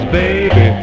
baby